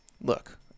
Look